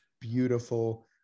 beautiful